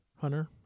Hunter